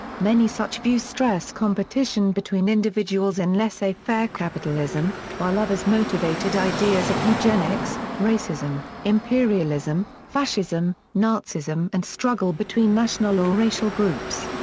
many such views stress competition between individuals in laissez-faire capitalism, while others motivated ideas of eugenics, racism, imperialism, fascism, nazism and struggle between national or racial groups.